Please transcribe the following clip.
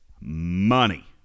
money